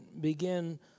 begin